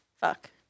fuck